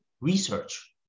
research